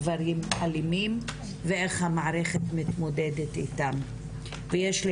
גברים אלימים ואיך המערכת מתמודדת איתם ויש לי